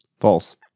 False